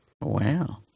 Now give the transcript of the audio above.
Wow